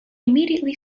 immediately